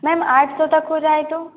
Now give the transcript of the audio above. ma'am आठ सौ तक हो जाए तो